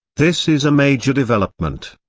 this is a major development.